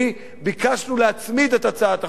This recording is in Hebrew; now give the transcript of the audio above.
ביקשנו להצמיד את הצעת החוק.